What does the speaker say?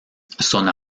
son